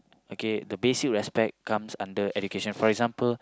okay the basic respect comes under education for example